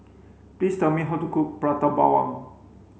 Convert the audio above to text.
please tell me how to cook Prata Bawang